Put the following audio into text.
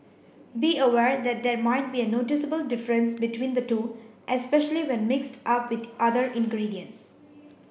be aware that there might be a noticeable difference between the two especially when mixed up with other ingredients